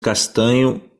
castanho